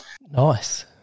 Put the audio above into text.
nice